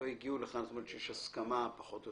שיש הסכמה או